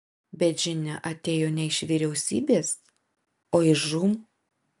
bet žinia atėjo ne iš vyriausybės o iš žūm